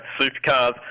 Supercars